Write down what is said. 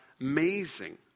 amazing